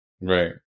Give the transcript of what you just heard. Right